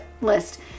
list